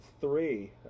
three